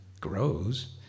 grows